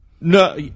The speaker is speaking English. No